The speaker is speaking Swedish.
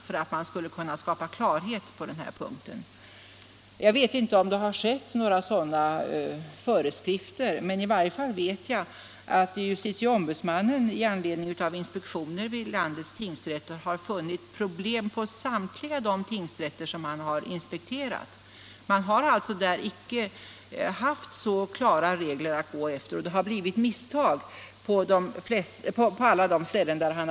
Där borde det skapas större klarhet, 75 ansåg vi. Nu vet jag inte om det har utfärdats några sådana föreskrifter, men jag vet ändå att JO vid sina inspektioner på landets tingsrätter har funnit att man vid samtliga tingsrätter som han inspekterat har haft vissa problem i detta sammanhang. Man har inte haft några klara regler att gå efter, och därför har det begåtts misstag vid samtliga dessa tingsrätter.